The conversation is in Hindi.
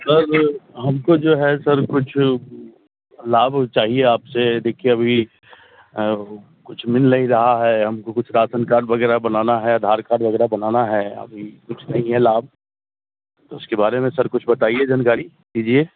सर हमको जो है सर कुछ लाभ चाहिए आप से देखिए अभी कुछ मिल नहीं रहा है हमको कुछ रासन कार्ड वगग़ैरह बनाना है अधार कार्ड वग़ैरह बनाना है अभी कुछ नहीं है लाभ तो उसके बारे में सर कुछ बताइए जनकारी दीजिए